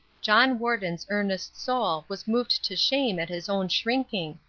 john warden's earnest soul was moved to shame at his own shrinking,